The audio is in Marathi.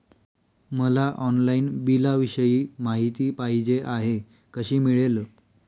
मला ऑनलाईन बिलाविषयी माहिती पाहिजे आहे, कशी मिळेल?